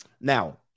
Now